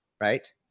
right